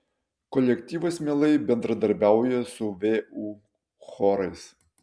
kolektyvas mielai bendradarbiauja su vu chorais